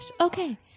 Okay